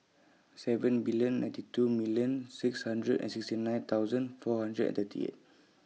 seven billion nine two millionn six hundred and sixty nine thousand four hundred and thirty eight